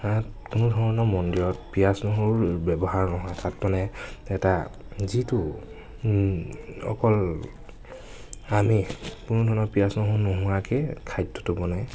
তাত কোনো ধৰণৰ মন্দিৰত পিঁয়াজ নহৰু ব্য়ৱহাৰ নহয় তাত মানে এটা যিটো অকল আমিষ কোনো ধৰণৰ পিঁয়াজ নহউ নোহোৱাকৈয়ে খাদ্য়টো বনাই